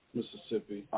Mississippi